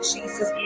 Jesus